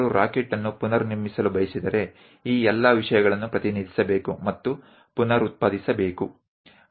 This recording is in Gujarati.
જો કોઈ રોકેટ ફરીથી બનાવવા ઈચ્છે તો આ બધી વસ્તુઓ ફરીથી દર્શાવવી અને ઉત્પાદન કરવું જરૂરી છે